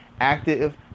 active